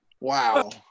Wow